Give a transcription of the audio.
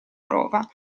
prova